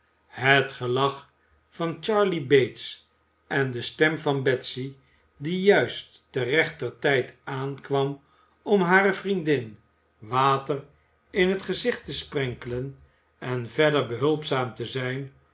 het gelach van charley bates en de stem van betsy die juist ter rechter tijd aankwam om hare vriendin water in het gezicht te sprenkelen en verder behulpzaam te zijn